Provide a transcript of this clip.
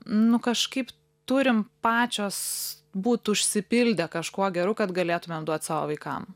nu kažkaip turim pačios būt užsipildę kažkuo geru kad galėtumėm duot savo vaikam